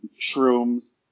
shrooms